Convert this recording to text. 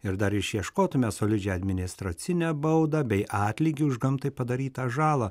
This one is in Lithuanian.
ir dar išieškotume solidžią administracinę baudą bei atlygį už gamtai padarytą žalą